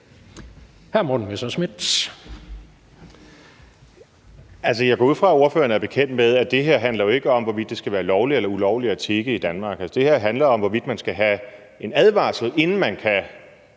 jeg går ud fra, at ordføreren er bekendt med, at det her jo ikke handler om, hvorvidt det skal være lovligt eller ulovligt at tigge i Danmark. Det her handler om, hvorvidt man skal have en advarsel, inden man kan